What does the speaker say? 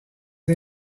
des